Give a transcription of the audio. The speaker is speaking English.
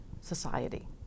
society